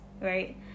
Right